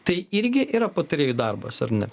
tai irgi yra patarėjų darbas ar ne